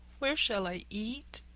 where shall i eat?